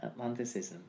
Atlanticism